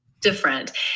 different